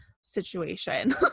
situation